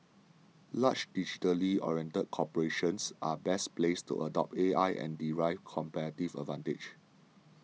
large digitally oriented corporations are best placed to adopt AI and derive competitive advantage